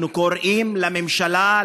אנחנו קוראים לממשלה,